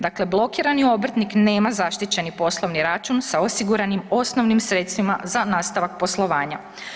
Dakle blokirani obrtnik nema zaštićeni poslovni račun sa osiguranim osnovnim sredstvima za nastavak poslovanja.